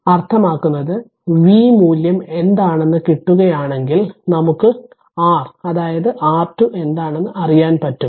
അർത്ഥമാക്കുന്നത് V മൂല്യം എന്താണെന്ന് കിട്ടുകയാണെങ്കിൽ നമുക്ക് R അതായതു R2 എന്താണെന്നു അറിയാൻ പറ്റും